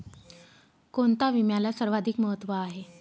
कोणता विम्याला सर्वाधिक महत्व आहे?